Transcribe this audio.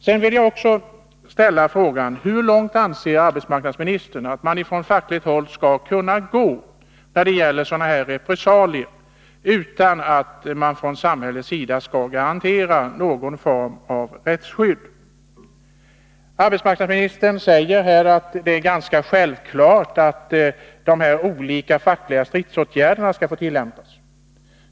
Sedan vill jag också ställa frågan: Hur långt anser arbetsmarknadsministern att man från fackligt håll skall kunna gå när det gäller repressalier, utan att man från samhällets sida skall garantera någon form av rättsskydd? Arbetsmarknadsministern säger att det är ganska självklart att de olika fackliga stridsåtgärderna skall få tillämpas.